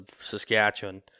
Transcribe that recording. Saskatchewan